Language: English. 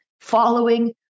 following